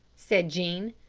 said jean.